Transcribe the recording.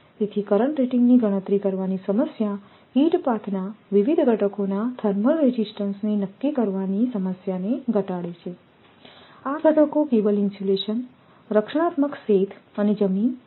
તેથી કરંટ રેટિંગની ગણતરી કરવાની સમસ્યા હિટ પાથના વિવિધ ઘટકોના થર્મલ રેઝિસ્ટન્સને નક્કી કરવાની સમસ્યાને ઘટાડે છે આ ઘટકો કેબલ ઇન્સ્યુલેશન રક્ષણાત્મક શેથ અને જમીન છે